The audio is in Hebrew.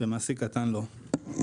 ומעסיק קטן לא.